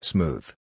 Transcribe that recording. Smooth